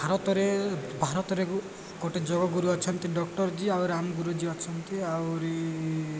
ଭାରତରେ ଭାରତରେ ଗୋଟେ ଯୋଗଗୁରୁ ଅଛନ୍ତି ଡକ୍ଟର ଜୀ ଆଉ ରାମଗୁରୁଜୀ ଅଛନ୍ତି ଆହୁରି